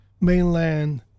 mainland